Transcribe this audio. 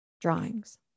drawings